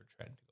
trend